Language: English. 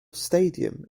stadium